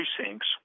precincts